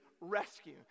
rescue